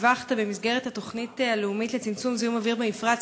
במסגרת התוכנית הלאומית לצמצום זיהום אוויר במפרץ